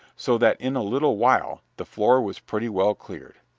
so that in a little while the floor was pretty well cleared.